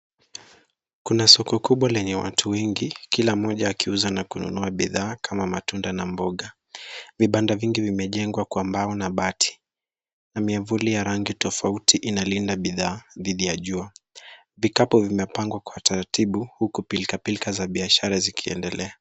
Kuna soko kubwa lenye watu wegi kila mmoja akiuza na kununua bidhaa kama matunda na mboga. Vibanda vingi vimejengwa kwa mbao na bati na miavuli ya rangi tofauti inalinda bidhaa didhi ya jua. Vikapu vimepangwa kwa taratibu huku pilkapilka za biashara zikiendelea.